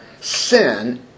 sin